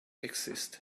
exists